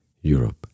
europe